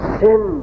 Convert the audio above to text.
sin